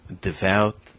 devout